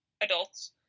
adults